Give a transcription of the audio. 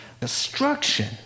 destruction